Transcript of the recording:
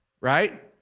Right